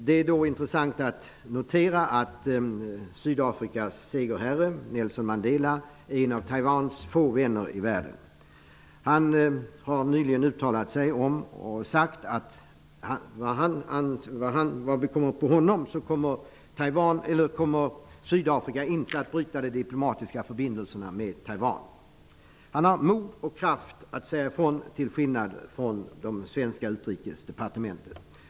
Det är intressant att notera att Sydafrikas segerherre, Nelson Mandela, är en av Taiwans få vänner i världen. Han har nyligen uttalat att om det ankommer på honom kommer Sydafrika inte att bryta de diplomatiska förbindelserna med Taiwan. Han har mod och kraft att säga ifrån till skillnad mot det svenska Utrikesdepartementet.